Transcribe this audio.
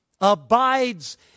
abides